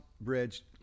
Bridge